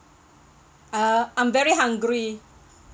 uh I'm very hungry